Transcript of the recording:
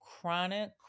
chronic